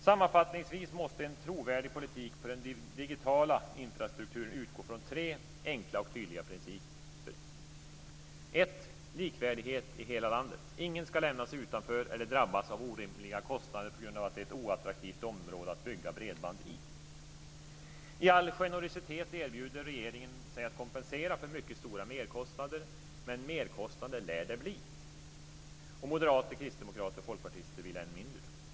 Sammanfattningsvis måste en trovärdig politik för den digitala infrastrukturen utgå från tre enkla och tydliga principer. 1. Likvärdighet i hela landet. Ingen ska lämnas utanför eller drabbas av orimliga kostnader på grund av att det är ett oattraktivt område att bygga bredband i. I all generositet erbjuder sig regeringen att kompensera för mycket stora merkostnader, men merkostnader lär det bli. Moderater, kristdemokrater och folkpartister vill än mindre.